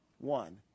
One